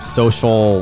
social